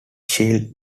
shield